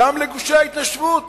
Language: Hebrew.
גם לגושי ההתיישבות.